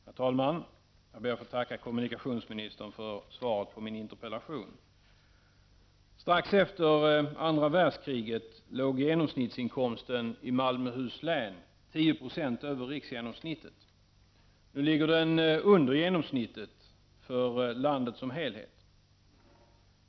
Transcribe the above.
Herr talman! Jag ber att få tacka kommunikationsministern för svaret på min interpellation. Strax efter andra världskriget låg genomsnittsinkomsten i Malmöhus län 10 96 över genomsnittet. Nu ligger den under genomsnittet för landet som helhet.